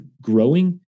growing